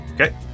Okay